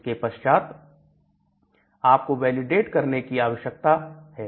इसके पश्चात आपको वैलिडेट करने की आवश्यकता है